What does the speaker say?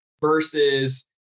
versus